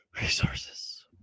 resources